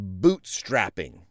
bootstrapping